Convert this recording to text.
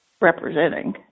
representing